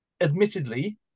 Admittedly